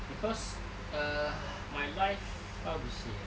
cause err my life how to say ah